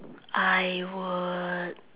I would